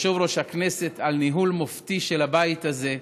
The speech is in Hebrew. ליושב-ראש הכנסת על ניהול מופתי של הבית הזה,